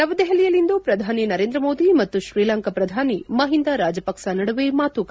ನವದಹೆಲಿಯಲ್ಲಿಂದು ಪ್ರಧಾನಿ ನರೇಂದ್ರ ಮೋದಿ ಮತ್ತು ಶ್ರೀಲಂಕಾ ಪ್ರಧಾನಿ ಮಹಿಂದಾ ರಾಜಪಕ್ಸ್ ನಡುವೆ ಮಾತುಕತೆ